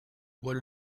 what